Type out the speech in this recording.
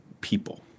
people